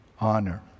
honor